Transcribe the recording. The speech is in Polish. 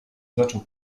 zaczął